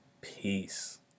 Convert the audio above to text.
Peace